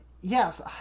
yes